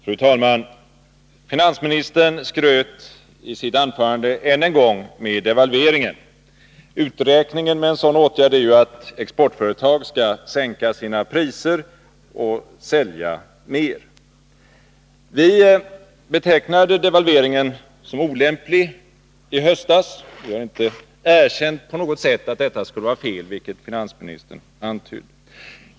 Fru talman! Finansministern skröt i sitt anförande än en gång med devalveringen. Uträkningen med en sådan åtgärd är att exportföretag skall sänka sina priser och sälja mer. Vi betecknade devalveringen som olämplig i höstas. Vi har inte på något sätt erkänt att vi skulle ha haft fel, vilket finansministern antydde.